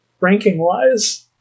ranking-wise